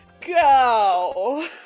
Go